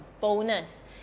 bonus